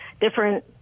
different